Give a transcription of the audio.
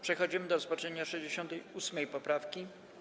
Przechodzimy do rozpatrzenia 68. poprawki.